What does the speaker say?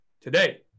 today